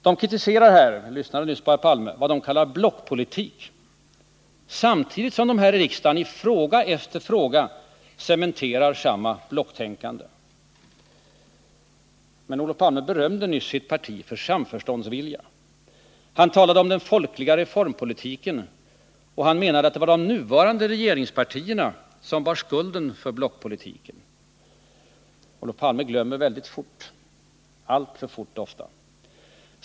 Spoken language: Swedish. De kritiserar — jag lyssnade nyss på herr Palme — vad de kallar blockpolitik, samtidigt som de i riksdagen i fråga efter fråga cementerar samma blocktänkande. Men Olof Palme berömde nyss sitt parti för samförståndsvilja. Han talade om den folkliga reformpolitiken, och han menade att det var de nuvarande regeringspartierna som bar skulden till blockpolitiken. Olof Palme glömmer väldigt fort, ofta alltför fort.